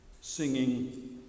singing